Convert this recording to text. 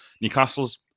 Newcastle's